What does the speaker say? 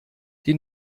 die